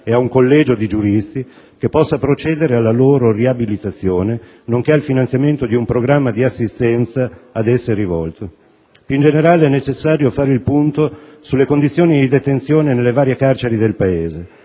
e a un collegio di giuristi che possa procedere alla loro riabilitazione, nonché al finanziamento di un programma di assistenza ad esse rivolto. Più in generale, è necessario fare il punto sulle condizioni di detenzione nelle varie carceri del Paese,